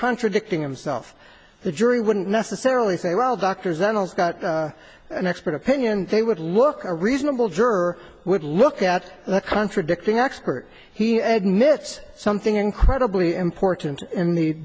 contradicting himself the jury wouldn't necessarily say well doctors then also got an expert opinion they would look a reasonable juror would look at the contradicting expert he had miss something incredibly important in the